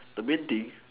the main thing